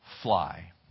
fly